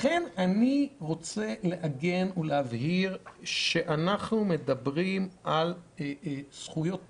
לכן אני רוצה להבהיר שאנחנו מדברים על זכויות פרט,